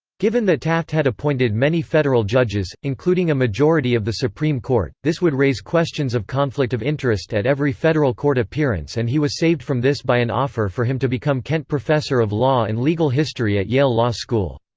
given that taft had appointed many federal judges, including a majority of the supreme court, this would raise questions of conflict of interest at every federal court appearance and he was saved from this by an offer for him to become kent professor of law and legal history at yale law school.